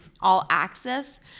all-access